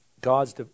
God's